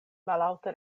mallaŭte